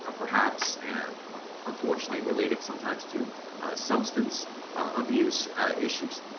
ah perhaps, and unfortunately related sometimes to substance abuse issues.